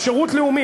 על שירות לאומי,